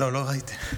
קודם כול,